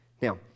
Now